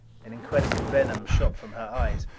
an incredible venom shot from her eyes.